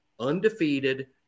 Undefeated